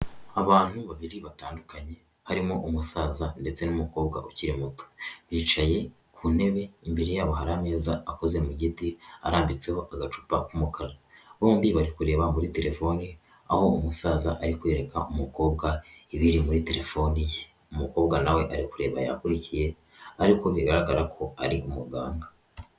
Abantu babiri batandukanye harimo umusaza ndetse n'umukobwa ukiri muto yicaye ku ntebe, imbere yabo hari ameza akoze mu giti arambitseho agacupa k'umukara, bombi bari kureba muri telefone aho umusaza ari kwereka umukobwa ibiri muri telefoni ye umukobwa na we ari kureba yakurikiye ariko bigaragara ko ari umuganga.